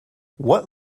what